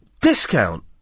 discount